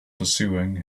pursuing